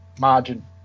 margin